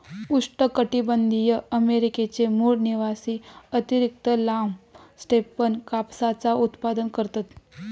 उष्णकटीबंधीय अमेरिकेचे मूळ निवासी अतिरिक्त लांब स्टेपन कापसाचा उत्पादन करतत